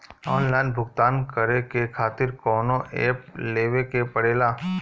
Online भुगतान करके के खातिर कौनो ऐप लेवेके पड़ेला?